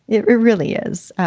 it really is.